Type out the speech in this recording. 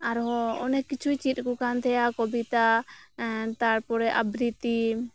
ᱟᱨ ᱦᱚᱸ ᱚᱱᱮᱠ ᱠᱤᱪᱷᱩᱭ ᱪᱮᱫ ᱟᱠᱚ ᱠᱟᱱ ᱛᱟᱦᱮᱸᱜᱼᱟ ᱠᱚᱵᱤᱛᱟ ᱛᱟᱨᱯᱚᱨᱮ ᱟᱵᱽᱨᱤᱛᱤ